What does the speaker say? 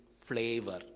flavor